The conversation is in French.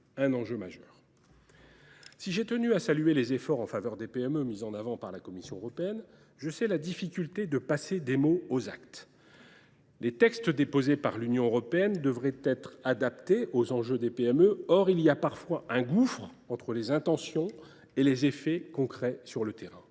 un enjeu majeur. Si j’ai tenu à saluer les efforts en faveur des PME mis en avant par la Commission européenne, je sais la difficulté de passer des mots aux actes. Les textes déposés par l’Union européenne devraient être adaptés aux enjeux des PME. Or il y a parfois un gouffre entre les intentions et les effets concrets sur le terrain.